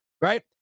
right